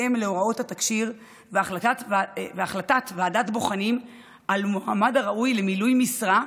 בהתאם להוראות התקשי"ר והחלטת ועדת בוחנים על מועמד ראוי למילוי המשרה,